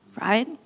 right